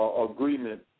agreement